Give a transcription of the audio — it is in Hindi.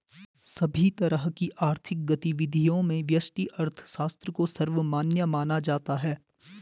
सभी तरह की आर्थिक गतिविधियों में व्यष्टि अर्थशास्त्र को सर्वमान्य माना जाता है